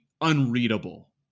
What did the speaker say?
unreadable